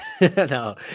no